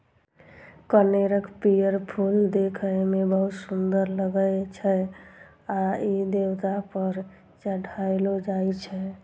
कनेरक पीयर फूल देखै मे बहुत सुंदर लागै छै आ ई देवता पर चढ़ायलो जाइ छै